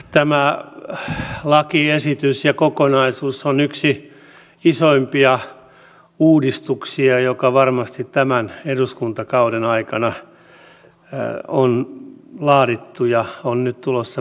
tämä lakiesitys ja kokonaisuus on varmasti yksi isoimpia uudistuksia joita tämän eduskuntakauden aikana on laadittu ja on nyt tulossa päätökseen